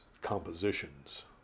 compositions